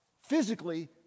physically